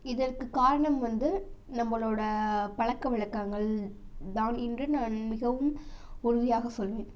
இதற்கு காரணம் வந்து நம்மளோட பழக்கவழக்கங்கள் தான் இன்று நான் மிகவும் உறுதியாக சொல்வேன்